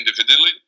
individually